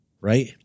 right